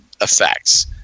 effects